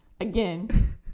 Again